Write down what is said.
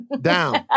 Down